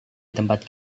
tempat